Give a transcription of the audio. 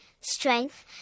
strength